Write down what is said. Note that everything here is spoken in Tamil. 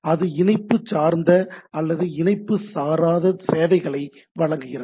அது இணைப்பு சார்ந்த அல்லது இணைப்பு சாராத சேவைகளை வழங்குகிறது